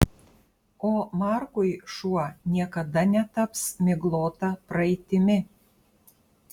o markui šuo niekada netaps miglota praeitimi